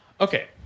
Okay